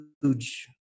huge